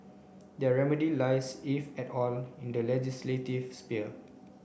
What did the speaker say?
their remedy lies if at all in the legislative sphere